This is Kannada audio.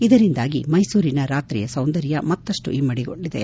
ಇದರಿಂದಾಗಿ ಮೈಸೂರಿನ ರಾತ್ರಿ ಸೌಂದರ್ಯ ಮತ್ತಷ್ಟು ಇಮ್ಮಡಿಗೊಂಡಿದೆ